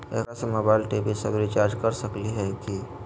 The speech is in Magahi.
एकरा से मोबाइल टी.वी सब रिचार्ज कर सको हियै की?